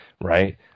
Right